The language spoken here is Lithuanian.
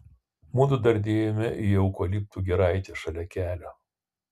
mudu dardėjome į eukaliptų giraitę šalia kelio